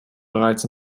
bereits